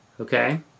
okay